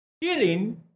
Healing